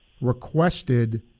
requested